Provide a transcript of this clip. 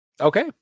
Okay